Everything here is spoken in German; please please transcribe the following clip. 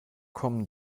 kommen